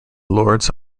lords